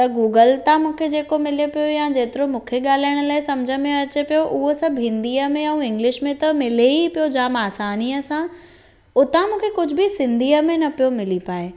त गूगल था मूंखे जेको मिले पियो या जेतिरो मूंखे ॻाल्हाइण लाइ सम्झ में अचे पियो उहो सभु हिंदीअ में ऐं इंग्लिश में त मिले ई पियो जाम आसानीअ सां हुतां मूंखे कुझु बि सिंधीअ में न पियो मिली पाए